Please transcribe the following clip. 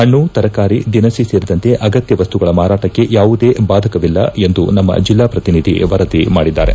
ಪಣ್ಣು ತರಕಾರಿ ದಿನಸಿ ಸೇರಿದಂತೆ ಅಗತ್ಯ ವಸ್ತುಗಳ ಮಾರಾಟಕ್ಕೆ ಯಾವುದೇ ಬಾಧಕವಿಲ್ಲ ಎಂದು ನಮ್ನ ಜಿಲ್ಲಾ ಶ್ರತಿನಿಧಿ ವರದಿ ಮಾಡಿದ್ದಾರೆ